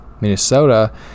Minnesota